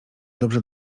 dobrze